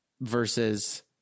Versus